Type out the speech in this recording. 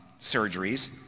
surgeries